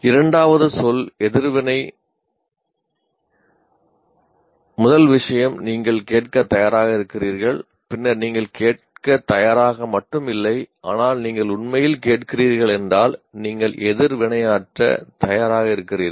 இரண்டாவது சொல் எதிர்வினை முதல் விஷயம் நீங்கள் கேட்கத் தயாராக இருக்கிறீர்கள் பின்னர் நீங்கள் கேட்கத் தயாராக மட்டும் இல்லை ஆனால் நீங்கள் உண்மையில் கேட்கிறீர்கள் என்றால் நீங்கள் எதிர்வினையாற்ற தயாராக இருக்கிறீர்கள்